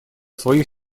своих